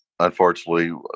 Unfortunately